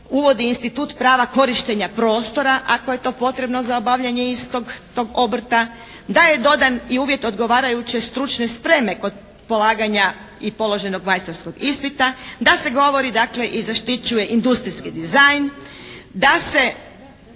uvodi institut prava korištenja prostora ako je to potrebno za obavljanje istog tog obrta, da je dodan i uvjet odgovarajuće stručne spreme kod polaganja i položenog majstorskog ispita, da se govori dakle i zaštićuje industrijski dizajn, da se